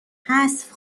حذف